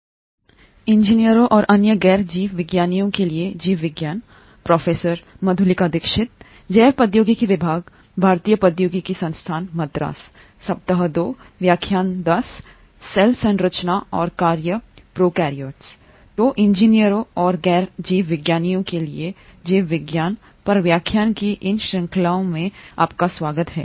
तो इंजीनियरों और गैर जीवविज्ञानी के लिए जीव विज्ञान पर व्याख्यान की इन श्रृंखलाओं में आपका स्वागत है